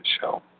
show